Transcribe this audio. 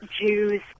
Jews